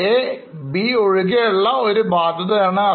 A B ഒഴികെയുള്ള ബാധ്യതയാണ് അത്